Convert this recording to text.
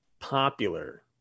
popular